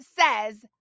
says